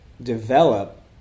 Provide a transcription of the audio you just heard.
develop